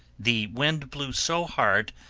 the wind blew so hard,